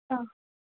ആ